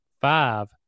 five